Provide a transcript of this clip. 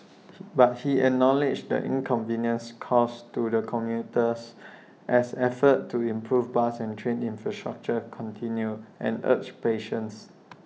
but he acknowledged the inconvenience caused to the commuters as efforts to improve bus and train infrastructure continue and urged patience